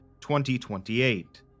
2028